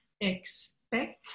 expect